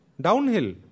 downhill